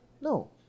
no